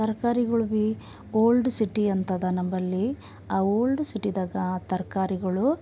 ತರ್ಕಾರಿಗಳು ಭಿ old city ಅಂತದ ನಂಬಲ್ಲಿ ಆ ಓಲ್ಡ್ ಸಿಟಿದಾಗ ತರಕಾರಿಗಳು